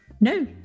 No